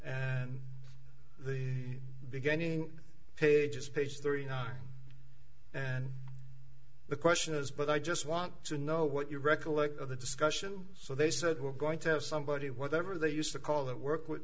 is the beginning pages page thirty nine and the question is but i just want to know what you recollect of the discussion so they said we're going to have somebody whatever they used to call that work with